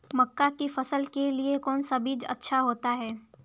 मक्का की फसल के लिए कौन सा बीज अच्छा होता है?